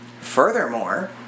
Furthermore